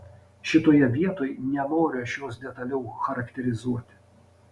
šitoje vietoj nenoriu aš jos detaliau charakterizuoti